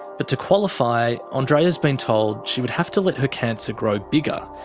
but to qualify, ah andreea's been told she would have to let her cancer grow bigger.